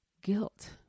guilt